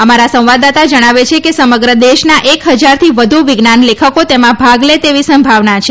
અમારા સંવાદદાતા જણાવે છે કે સમગ્ર દેશના એક હજારથી વધુ વિજ્ઞાન લેખકો તેમાં ભાગ લે તેવી સંભાવના છે